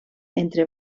entre